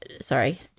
sorry